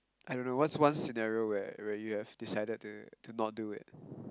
I don't know what's one scenario where where you have decided to to not do it